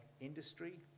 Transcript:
industry